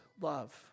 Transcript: love